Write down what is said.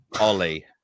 ollie